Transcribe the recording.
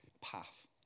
path